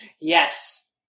Yes